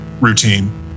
routine